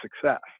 success